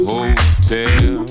Hotel